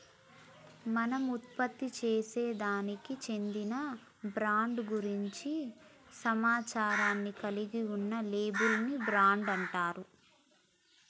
మనం ఉత్పత్తిసేసే దానికి చెందిన బ్రాండ్ గురించి సమాచారాన్ని కలిగి ఉన్న లేబుల్ ని బ్రాండ్ అంటారు